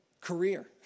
career